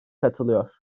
katılıyor